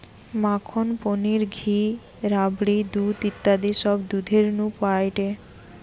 মাখন, পনির, ঘি, রাবড়ি, দুধ ইত্যাদি সব দুধের নু পায়েটে